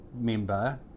member